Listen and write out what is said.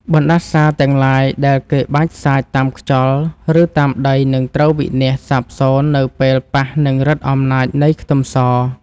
បណ្តាសាទាំងឡាយដែលគេបាចសាចតាមខ្យល់ឬតាមដីនឹងត្រូវវិនាសសាបសូន្យនៅពេលប៉ះនឹងឫទ្ធិអំណាចនៃខ្ទឹមស។